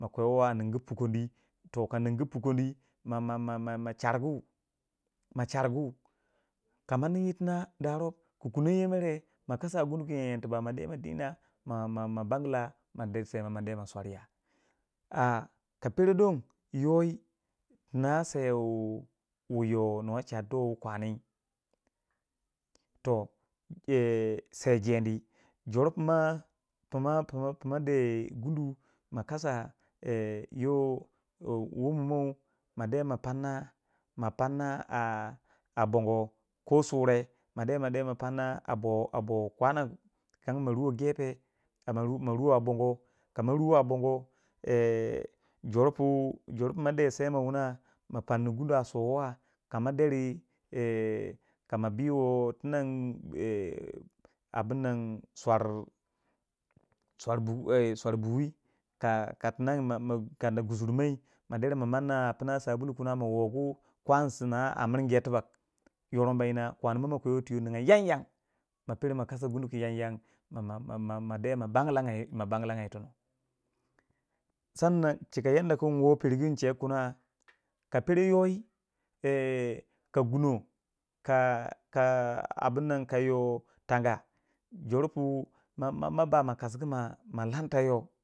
Mma kwewo a ningu pukogni toh ka ningu pukogni ma ma ma ma ma chargu, ma chargu ka ma nin itina daa rọb ku kunong yọ mere ma kasa gundu ki tubak ma de ma dina ma ma ma bangla ma de swẹ mo ma de ma swarya a ka pẹro do n yoi tina swẹ wu nwa charduwe kwani toh yoh sei jendi jor pima pima pima pima de gundu ma kasa yoh mou ma de ma panna ma ma panna a a bongo ko surẹ ma de ma de ma panna ma de ma de panaa a a bon bon kwano kangu ma ruwo a diya pe ma ruwo a bongo. ee jor pu jor pu ma de se ma wuna panni gunu ba sokwa ka ma deri ee kama biwo tinang ee abunnan swar swar bu ee swar buwi ka ka tinang ma ma kada gusurmai mai maderi ma manna a pina sabulu kina ma wogu kwani sina a miringiya tubak yoron ba nyina kwani mo ma kwe tuyo ninga yanyan ma pero ma kasa gunu ki yanyan ma ma ma ma de ma bangla ma banglanga tono sannan chika yandaku yi wo yi wo pergu ịn che kina ka pero yoi ee ka guno ka ka abunnan ka yo tanga jor pu ma ma ba ma kasgu ma lanta yoh.